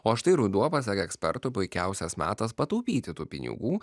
o štai ruduo pasak ekspertų puikiausias metas pataupyti tų pinigų